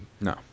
no